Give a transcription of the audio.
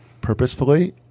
purposefully